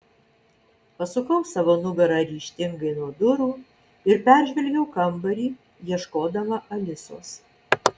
pasukau savo nugarą ryžtingai nuo durų ir peržvelgiau kambarį ieškodama alisos